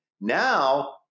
now